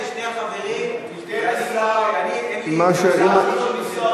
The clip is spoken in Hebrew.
וכפי שאמרנו,